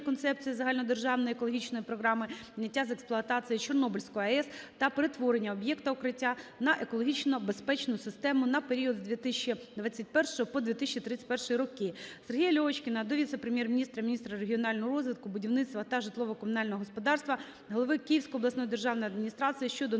Концепції Загальнодержавної екологічної програми зняття з експлуатації Чорнобильської АЕС та перетворення об'єкта "Укриття" на екологічно безпечну систему на період з 2021 по 2031 роки. Сергія Льовочкіна до віце-прем'єр-міністра - міністра регіонального розвитку, будівництва та житлово-комунального господарства, голови Київської обласної державної адміністрації щодо